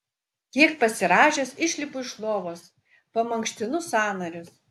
kiek pasirąžęs išlipu iš lovos pamankštinu sąnarius